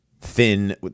thin